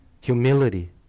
humility